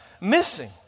missing